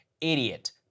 idiot